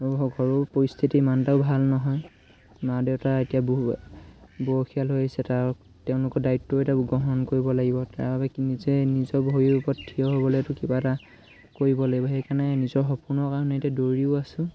আৰু ঘৰৰো পৰিস্থিতি ইমান এটাও ভাল নহয় মা দেউতা এতিয়া বহু বয়সিয়াল হৈ আহিছে তাৰ তেওঁলোকৰ দায়িত্বও এতিয়া গ্ৰহণ কৰিব লাগিব তাৰ বাবে নিজে নিজৰ ভৰিৰ ওপৰত থিয় হ'বলৈতো কিবা এটা কৰিব লাগিব সেইকাৰণে নিজৰ সপোনৰ কাৰণে এতিয়া দৌৰিও আছোঁ